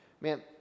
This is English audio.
Man